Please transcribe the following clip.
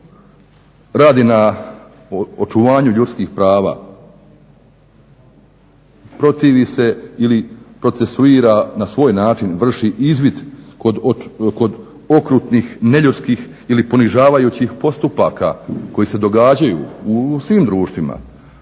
radi na očuvanju ljudskih prava, protivi se ili procesuira, na svoj način vrši izvid kod okrutnih, neljudskih ili ponižavajućih postupaka koji se događaju u svim društvima.